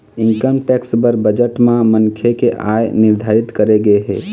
income tax बर budget म मनखे के आय निरधारित करे गे हे